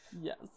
yes